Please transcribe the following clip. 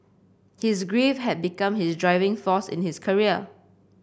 his grief had become his driving force in his career